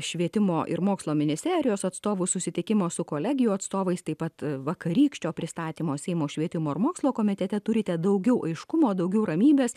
švietimo ir mokslo ministerijos atstovų susitikimo su kolegijų atstovais taip pat vakarykščio pristatymo seimo švietimo ir mokslo komitete turite daugiau aiškumo daugiau ramybės